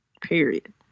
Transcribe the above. Period